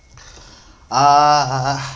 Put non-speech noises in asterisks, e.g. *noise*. *breath* uh uh uh